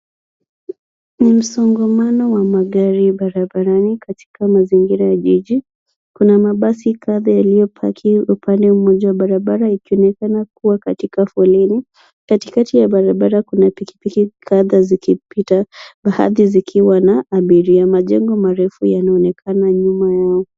Ni msongamano wa magari barabarani katika mazingira ya jiji. Kuna mabasi kadha yaliyopaki upande mmoja wa barabara ikionekana kuwa katika foleni . Katikati ya barabara kuna pikipiki kadha zikipita baadhi zikiwa na abiria. Majengo marefu yanaonekana nyuma yao.